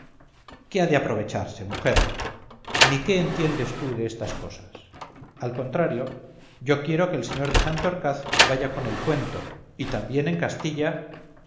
ha de aprovecharse mujer ni qué entiendes tú de estas cosas al contrario yo quiero que el señor de santorcaz vaya con el cuento y también en castilla